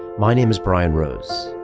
my name's brian rose